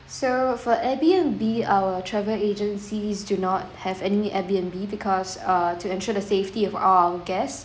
so for air_B_N_B our travel agencies do not have any air_B_N_B because uh to ensure the safety of all our guest